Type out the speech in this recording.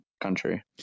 country